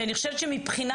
אני מתפלאת